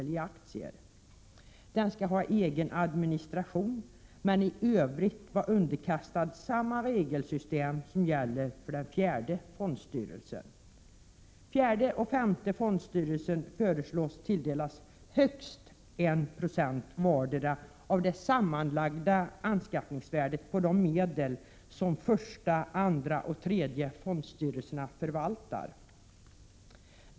Jag tillåter mig att överskrida den fastställda taletiden med Hhågra minuter. huvudsak placera medel i aktier. Den skall ha egen administration, men i övrigt vara underkastad samma regelsystem som gäller för den fjärde fondstyrelsen. Fjärde och femte fondstyrelserna föreslås tilldelas högst 1 20 vardera av det sammanlagda anskaffningsvärdet på de medel som första, andra och tredje fondstyrelserna förvaltar.